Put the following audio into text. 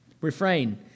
refrain